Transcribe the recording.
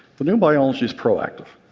the new biology is proactive.